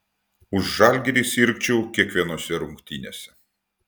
už žalgirį sirgčiau kiekvienose rungtynėse